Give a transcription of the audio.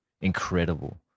Incredible